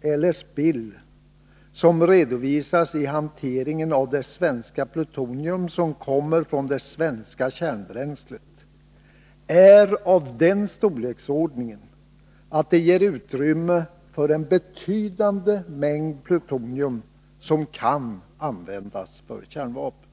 eller spill som redovisas i hanteringen av det plutonium som kommer från det svenska kärnbränslet är av den storleksordningen att det ger utrymme för en betydande mängd plutonium som kan användas till kärnvapen.